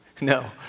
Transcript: No